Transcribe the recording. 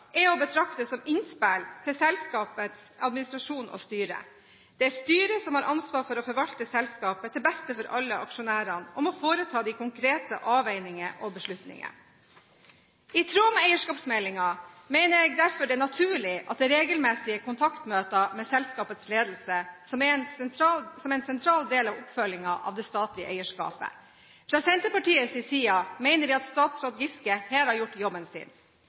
er å betrakte som innspill til selskapets administrasjon og styre. Styret har ansvar for å forvalte selskapet til beste for alle aksjonærer og må foreta de konkrete avveininger og beslutninger.» I tråd med eierskapsmeldingen mener jeg derfor det er naturlig at det er regelmessige kontaktmøter med selskapets ledelse – som en sentral del av oppfølgingen av det statlige eierskapet. Fra Senterpartiets side mener vi at statsråd Giske her har gjort jobben sin.